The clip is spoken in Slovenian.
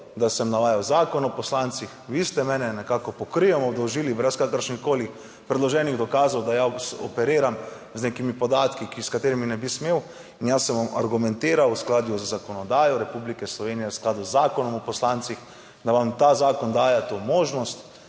da sem navajal zakon o poslancih. Vi ste mene nekako po krivem obdolžili, brez kakršnihkoli predloženih dokazov, da jaz operiram z nekimi podatki, s katerimi ne bi smel in jaz sem vam argumentiral v skladu z zakonodajo Republike Slovenije, v skladu z Zakonom o poslancih, da vam ta zakon daje to možnost.